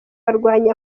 barwanyi